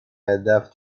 left